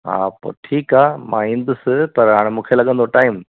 हा पोइ ठीकु आहे मां ईंदुसि पर हाणे मूंखे लॻंदो टाइम